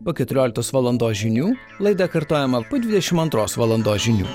po keturioliktos valandos žinių laida kartojama po dvidešimt antros valandos žinių